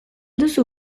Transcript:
duzu